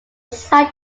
site